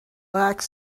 like